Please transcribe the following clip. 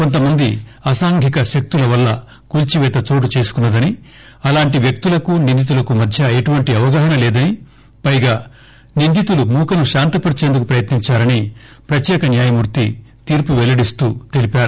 కొంతమంది అసాంఘిక శక్తుల వల్ల కూల్చిపేత చోటు చేసుకున్న దని అలాంటి వ్యక్తులకు నిందితులకు మధ్య ఎటువంటి అవగాహన లేదని పైగా నిందితులు మూకను శాంతపర్చేందుకు ప్రయత్ని ంచారని ప్రత్యేక న్యాయమూర్తి తీర్పు వెల్లడిస్తూ తెలిపారు